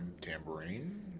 tambourine